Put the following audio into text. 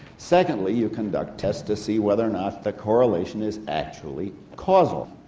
secondly, you conduct tests to see whether or not the correlation is actually causal.